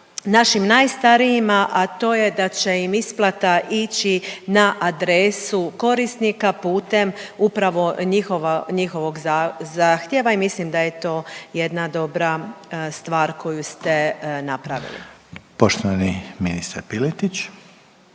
našim najstarijima, a to je da će im isplata ići na adresu korisnika putem upravo njihova, njihova zahtjeva i mislim da je to jedna dobra stvar koju ste napravili. **Reiner, Željko